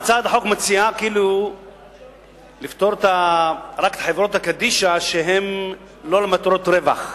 הצעת החוק מציעה כאילו לפטור רק את חברות קדישא שהן לא למטרות רווח?